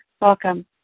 Welcome